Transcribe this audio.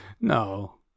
No